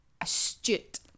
astute